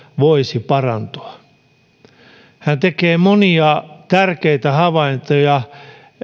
voisi parantua hän tekee monia tärkeitä havaintoja